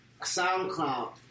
SoundCloud